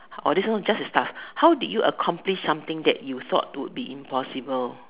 oh this one just as tough how did you accomplish something than you though to be impossible